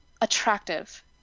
attractive